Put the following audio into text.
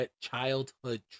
childhood